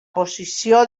posició